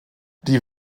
die